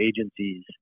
agencies